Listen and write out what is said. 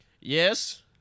Yes